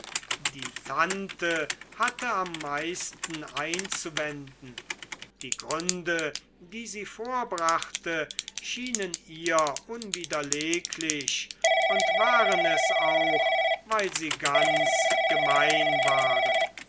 die tante hatte am meisten einzuwenden die gründe die sie vorbrachte schienen ihr unwiderleglich und waren es auch weil sie ganz gemein waren